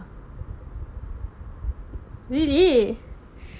really